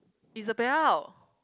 Isabel